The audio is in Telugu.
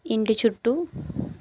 ఇంటి చుట్టూ